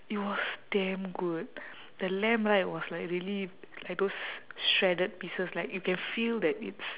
it was damn good the lamb right was like really like those shredded pieces like you can feel that it's